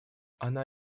она